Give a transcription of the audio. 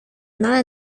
nada